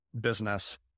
business